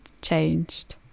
changed